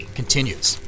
continues